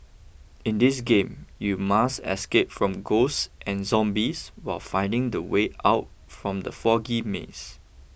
in this game you must escape from ghosts and zombies while finding the way out from the foggy maze